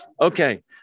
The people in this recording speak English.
Okay